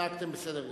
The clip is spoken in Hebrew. התנהגתם בסדר גמור.